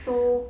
so